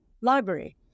library